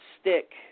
stick